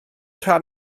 rhan